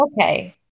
Okay